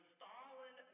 Stalin